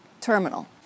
terminal